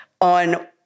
on